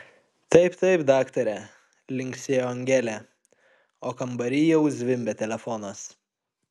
taip taip daktare linksėjo angelė o kambary jau zvimbė telefonas